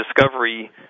discovery